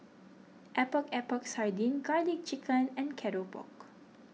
Epok Epok Sardin Garlic Chicken and Keropok